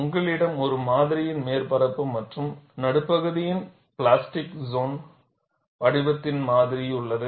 உங்களிடம் ஒரு மாதிரியின் மேற்பரப்பு மற்றும் நடுப்பகுதியின் பிளாஸ்டிக் சோன் வடிவத்தின் மாதிரி உள்ளது